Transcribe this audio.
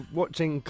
watching